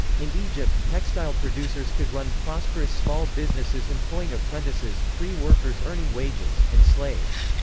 in egypt, textile producers could run prosperous small businesses employing apprentices, free workers earning wages, and slaves.